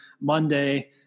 Monday